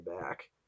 back